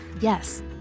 Yes